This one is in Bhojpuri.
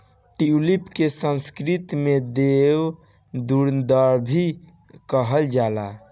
ट्यूलिप के संस्कृत में देव दुन्दुभी कहल जाला